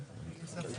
בשעה